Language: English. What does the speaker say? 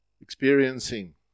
experiencing